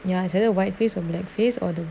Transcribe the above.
ya it's either white face or black face or the